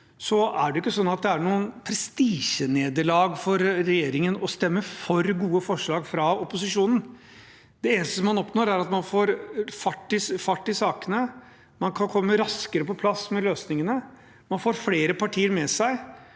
er det ikke slik at det er noe prestisjenederlag for regjeringen å stemme for gode forslag fra opposisjonen. Det eneste man oppnår, er at man får fart i sakene. Man kan komme raskere på plass med løsningene. Man får flere partier med seg,